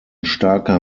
starker